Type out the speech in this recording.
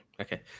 Okay